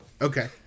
Okay